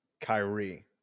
Kyrie